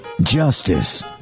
justice